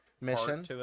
mission